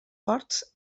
ports